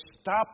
stop